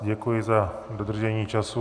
Děkuji za dodržení času.